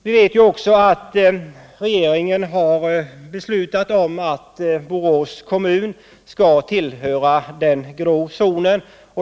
Vi vet också att regeringen har beslutat om att Borås kommun skall tillhöra den grå zonen.